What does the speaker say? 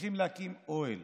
צריכים להקים אוהל